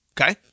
Okay